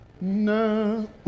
no